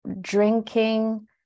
drinking